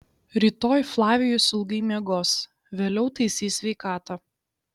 rytoj flavijus ilgai miegos vėliau taisys sveikatą